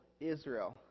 Israel